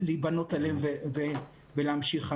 להבנות עליהם ולהמשיך הלאה.